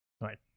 Right